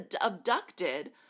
abducted